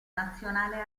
nazionale